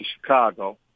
Chicago